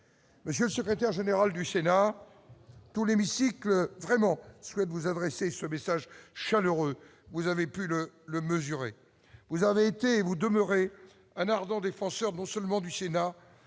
Monsieur le secrétaire général du Sénat tout l'hémicycle vraiment souhaite vous adresser ce message chaleureux, vous avez pu le le mesurer, vous arrêtez-vous demeurer un ardent défenseur, non seulement du Sénat